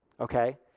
okay